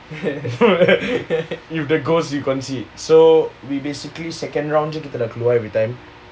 if the goals you concede so we basically second round kita dah keluar everytime